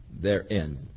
therein